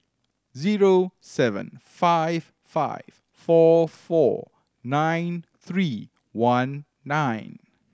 zero seven five five four four nine three one nine